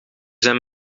zijn